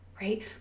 right